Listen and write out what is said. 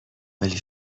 ولی